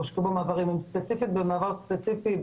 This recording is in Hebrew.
ספציפית במעבר ספציפי,